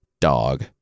dog